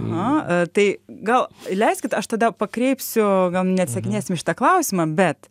na tai gal leiskit aš tada pakreipsiu gal neatsakinėsim į šitą klausimą bet